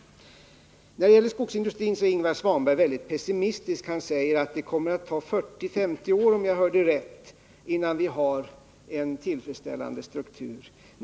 När det gäller skogsindustrin är Ingvar Svanberg väldigt pessimistisk. Han säger att det kommer att ta 40-50 år, om jag hörde rätt, innan skogsindustrin får en tillfredsställande struktur.